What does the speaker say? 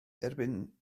erbyn